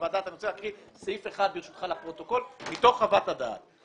חוות דעת ואני רוצה להקריא סעיף אחד מתוך חוות הדעת לפרוטוקול.